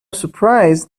surprise